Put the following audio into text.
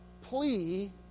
plea